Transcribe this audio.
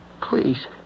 Please